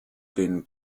den